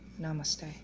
namaste